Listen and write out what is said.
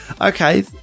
Okay